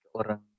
orang